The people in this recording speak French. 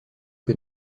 que